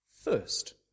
first